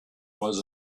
was